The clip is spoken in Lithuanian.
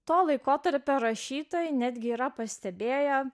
to laikotarpio rašytojai netgi yra pastebėję